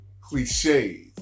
cliches